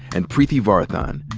and preeti varathan,